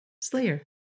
Slayer